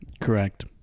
Correct